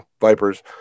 vipers